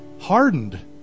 hardened